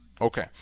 Okay